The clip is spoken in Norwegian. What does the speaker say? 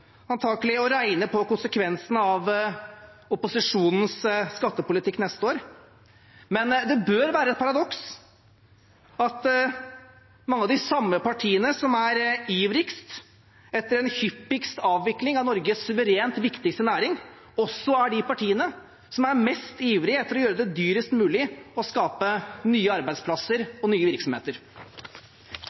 antagelig å regne på konsekvensene av opposisjonens skattepolitikk neste år, men det bør være et paradoks at mange av de partiene som er ivrigst etter en hyppigst mulig avvikling av Norges suverent viktigste næring, også er de partiene som er mest ivrige etter å gjøre det dyrest mulig å skape nye arbeidsplasser og nye virksomheter.